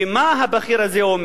ומה הבכיר הזה אומר?